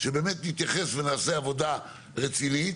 שבאמת נתייחס ונעשה עבודה רצינית,